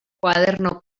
koaderno